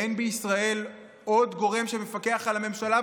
אין בישראל עוד גורם שמפקח על הממשלה.